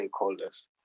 stakeholders